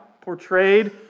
portrayed